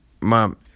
Mom